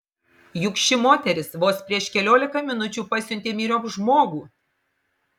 juk ši moteris vos prieš keliolika minučių pasiuntė myriop žmogų